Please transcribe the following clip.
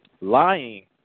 lying